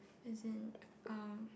as in um